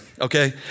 okay